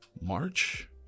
March